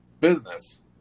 Business